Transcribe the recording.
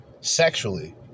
sexually